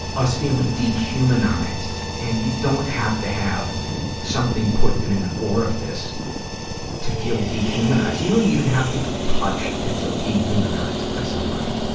us feeling dehumanized. and you don't have to have something put in an orifice to feel dehumanized. you don't even have to be touched to be dehumanized by somebody.